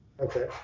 Okay